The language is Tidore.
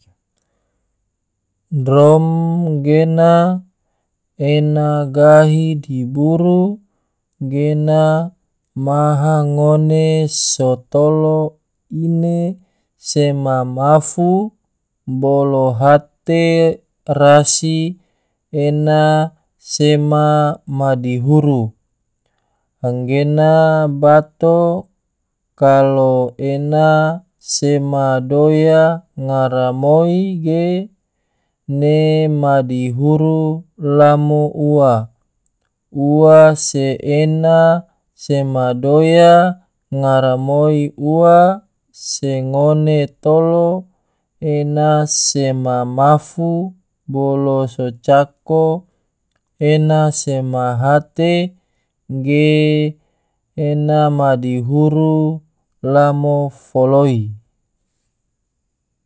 Drom gena ena gahi dihuru gena maha ngone so tolo ine sema mafu bolo hate rasi ena sema madihuru, anggena bato kalo ena sema doya garamoi ge, ne madihuru lamo ua, ua se ena sema doya garamoi ua se ngone tolo ena sema mafu bolo cako ena sema hate ge ena madihuru lamo foloi.